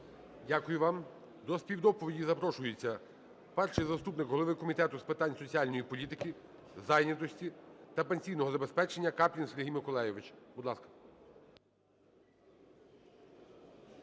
Дякую вам. До співдоповіді запрошується перший заступник голови Комітету з питань соціальної політики, зайнятості та пенсійного забезпечення Каплін Сергій Миколайович, будь ласка.